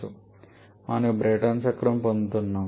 కాబట్టి మనము ఈ బ్రైటన్ చక్రం పొందుతున్నాము